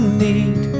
need